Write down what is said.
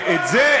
את זה,